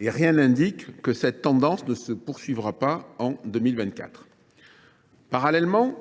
Rien n’indique que cette tendance ne se poursuivra pas en 2024. Parallèlement